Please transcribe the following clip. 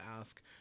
ask